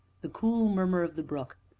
the cool murmur of the brook,